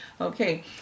Okay